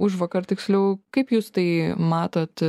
užvakar tiksliau kaip jūs tai matot